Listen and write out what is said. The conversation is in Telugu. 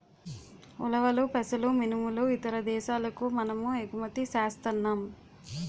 ఉలవలు పెసలు మినుములు ఇతర దేశాలకు మనము ఎగుమతి సేస్తన్నాం